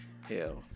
Hell